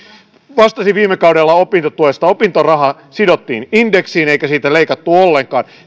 vastasin viime kaudella opintotuesta opintoraha sidottiin indeksiin eikä siitä leikattu ollenkaan